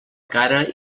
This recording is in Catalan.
cara